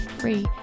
free